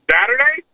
Saturday